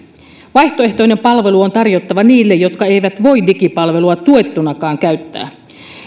vaihtoehtoinen palvelu on tarjottava niille jotka eivät voi digipalvelua tuettunakaan käyttää